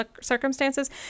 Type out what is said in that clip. circumstances